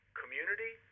community